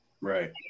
Right